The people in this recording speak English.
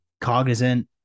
cognizant